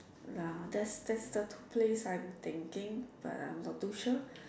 ya that's that's the place I'm thinking I I'm not to sure